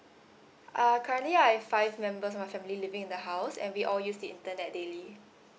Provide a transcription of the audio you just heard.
uh currently I have five members of my family living the house and we all use the internet daily